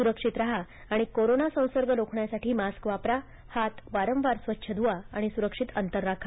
सुरक्षित राहा आणि कोरोना संसर्ग रोखण्यासाठी मास्क वापरा हात वारंवार स्वच्छ धुवा आणि सुरक्षित अंतर राखा